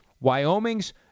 Wyoming's